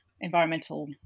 environmental